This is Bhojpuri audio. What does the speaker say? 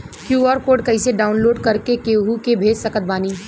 क्यू.आर कोड कइसे डाउनलोड कर के केहु के भेज सकत बानी?